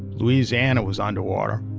louisiana was underwater,